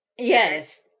Yes